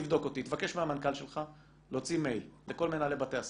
תבקש מהמנכ"ל שלך להוציא מייל לכל מנהלי בתי הספר,